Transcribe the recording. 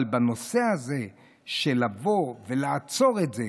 אבל בנושא הזה של לבוא ולעצור את זה